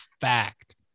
fact